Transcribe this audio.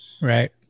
Right